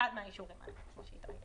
אחד מהאישורים שהקראתי.